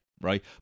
Right